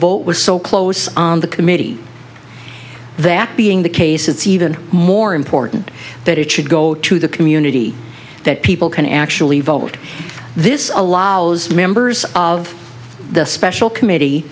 vote was so close on the committee that being the case it's even more important that it should go to the community that people can actually vote this allows members of the special committee